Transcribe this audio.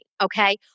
okay